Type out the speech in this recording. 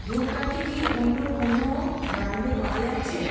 ধূপকাঠি কি অন্য কোনো ব্র্যান্ডে পাওয়া যাচ্ছে